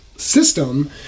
system